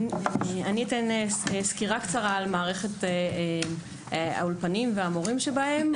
אתן סקירה קצרה על מערכת האולפנים והמורים שבהם.